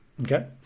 Okay